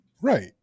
Right